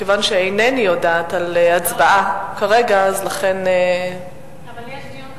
מכיוון שאינני יודעת על הצבעה כרגע, יש דיון חשוב,